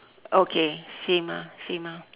okay same ah same ah